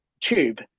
tube